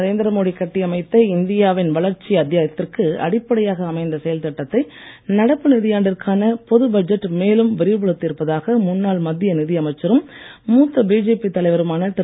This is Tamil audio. நரேந்திரமோடி கட்டியமைத்த இந்தியாவின் வளர்ச்சி அத்தியாயத்திற்கு அடிப்படையாக அமைந்த செயல்திட்டத்தை நடப்பு நிதியாண்டிற்கான பொது பட்ஜெட் மேலும் விரிவுபடுத்தி இருப்பதாக முன்னாள் மத்திய நிதியமைச்சரும் மூத்த பிஜேபி தலைவருமான திரு